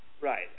Right